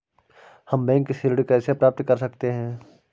हम बैंक से ऋण कैसे प्राप्त कर सकते हैं?